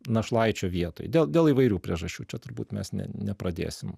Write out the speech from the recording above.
našlaičio vietoj dėl dėl įvairių priežasčių čia turbūt mes nė nepradėsim